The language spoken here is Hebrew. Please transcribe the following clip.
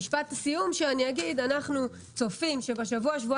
משפט הסיום שאני אומר הוא שאנחנו צופים שבשבוע-שבועיים